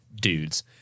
dudes